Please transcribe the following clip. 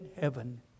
heaven